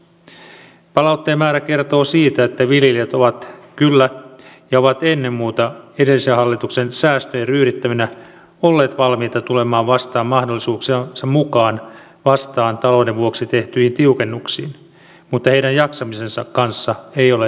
palautteen määrä kertoo siitä että viljelijät ovat kyllä ja ovat ennen muuta edellisen hallituksen säästöjen ryydittäminä olleet valmiita tulemaan vastaan mahdollisuuksiensa mukaan talouden vuoksi tehtyihin tiukennuksiin mutta heidän jaksamisensa kanssa ei ole leikkimistä